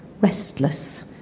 restless